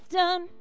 done